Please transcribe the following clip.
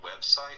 website